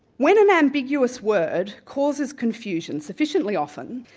when an ambiguous word causes confusion sufficiently often,